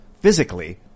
physically